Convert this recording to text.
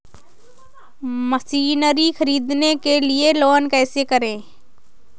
Machinery ख़रीदने के लिए लोन कैसे करें?